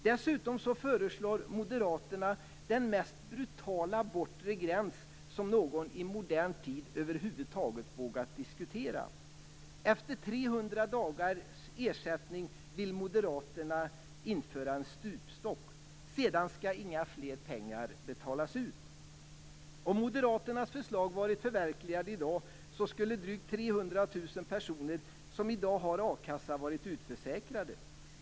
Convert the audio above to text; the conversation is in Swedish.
Dessutom föreslår moderaterna den mest brutala bortre gräns som någon i modern tid över huvud taget vågat diskutera. Efter 300 dagars ersättning vill moderaterna införa en stupstock. Sedan skall inga mer pengar betalas ut. Om moderaternas förslag varit förverkligade i dag skulle drygt 300 000 personer som i dag har a-kassa varit utförsäkrade.